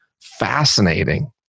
fascinating